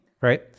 right